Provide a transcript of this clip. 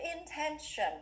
intention